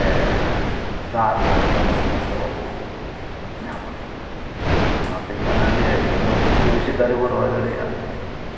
ᱥᱮ ᱫᱟᱜ ᱨᱮᱭᱟᱜ ᱠᱳᱱᱳ ᱥᱚᱢᱚᱥᱥᱟ ᱵᱟᱵᱚ ᱧᱟᱢᱟ ᱤᱧ ᱚᱱᱟᱛᱤᱧ ᱢᱮᱱᱟ ᱡᱮ ᱡᱚᱛᱚ ᱵᱮᱥᱤ ᱵᱮᱥᱤ ᱫᱟᱨᱮ ᱵᱚᱱ ᱨᱚᱦᱚᱭ ᱫᱟᱲᱮᱭᱟᱜᱼᱟ